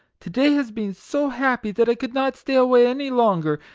to day has been so happy that i could not stay away any longer,